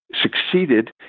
succeeded